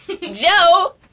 Joe